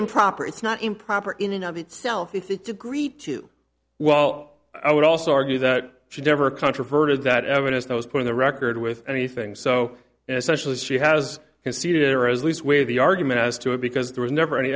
improper it's not improper in and of itself to agree to well i would also argue that she never controverted that evidence that was put in the record with anything so essentially she has conceded or as least where the argument as to it because there was never any